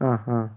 ആ ഹാ